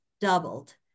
doubled